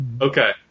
Okay